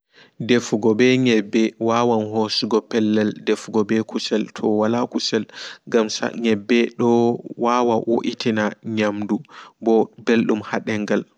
Defugo ɓe nyeɓɓe waawan hosugo defugo ɓe kusel towala kusel ngam nyeɓɓe wawan woitina nyamdu ɓo ɓeldum ha demngal.